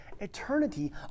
Eternity